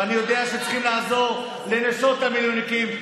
ואני יודע שצריכים לעזור לנשות המילואימניקים,